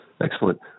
Excellent